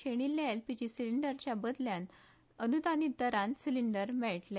शेनिल्ले एलपीजी सिलिंडरच्या बदलांत अनुदानीत दरांत सिलिंडर मेळटले